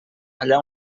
allà